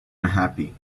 unhappy